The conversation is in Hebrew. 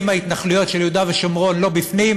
אם ההתנחלויות של יהודה ושומרון לא בפנים,